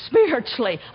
Spiritually